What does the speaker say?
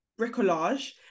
bricolage